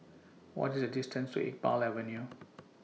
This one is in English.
What IS The distance to Iqbal Avenue